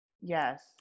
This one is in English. Yes